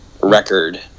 record